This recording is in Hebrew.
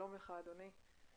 שלום לך, אדוני.